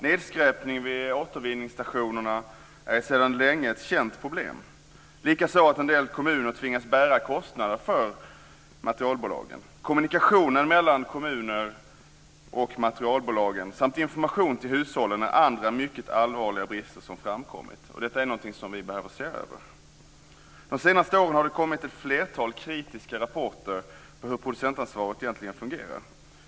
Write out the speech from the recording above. Nedskräpning vid återvinningsstationerna är sedan länge ett känt problem, likaså att en del kommuner tvingas bära kostnader för materialbolagen. Kommunikationen mellan kommuner och materialbolagen, samt information till hushållen är andra mycket allvarliga brister som framkommit. Detta är någonting som vi behöver se över. De senaste åren har det kommit ett flertal kritiska rapporter om hur producentansvaret egentligen fungerar.